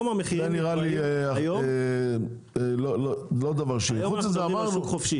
זה נראה לי לא דבר ש --- צריך שוק חופשי.